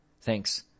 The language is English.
Thanks